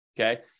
okay